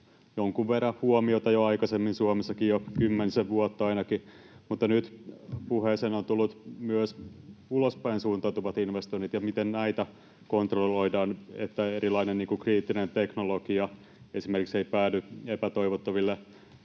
jonkun verran huomiota jo aikaisemmin Suomessakin — jo kymmenisen vuotta ainakin — mutta nyt puheeseen on tullut myös ulospäinsuuntautuvat investoinnit ja miten näitä kontrolloidaan, että esimerkiksi erilainen kriittinen teknologia ei päädy epätoivottaville